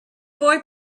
boy